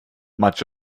much